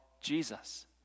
Jesus